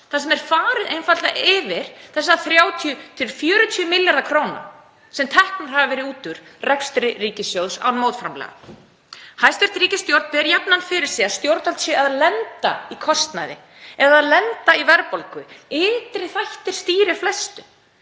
þar sem einfaldlega er farið yfir þá 30–40 milljarða kr. sem teknir hafa verið út úr rekstri ríkissjóðs án mótframlaga. Hæstv. ríkisstjórn ber jafnan fyrir sig að stjórnvöld séu að lenda í kostnaði eða lenda í verðbólgu, að ytri þættir stýri flestu.